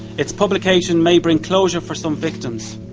its publication may bring closure for some victims.